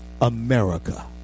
America